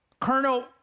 colonel